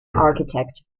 architect